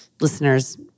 listeners